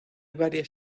varias